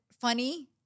funny